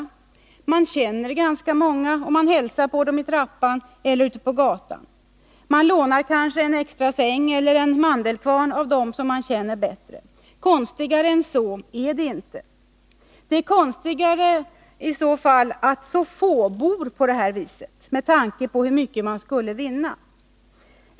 Man känner ganska många och hälsar på dem i trappan eller ute på gatan. Man lånar kanske en extra säng eller en mandelkvarn av dem man känner bättre. Konstigare än så är det inte. Det är i så fall konstigare att så få bor på detta sätt med tanke på hur mycket man skulle vinna.